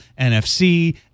NFC